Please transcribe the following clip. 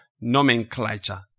nomenclature